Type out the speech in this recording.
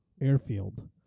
airfield